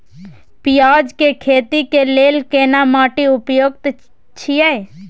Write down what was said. पियाज के खेती के लेल केना माटी उपयुक्त छियै?